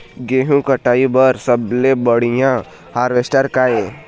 गेहूं कटाई बर सबले बढ़िया हारवेस्टर का ये?